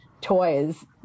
toys